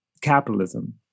capitalism